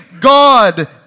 God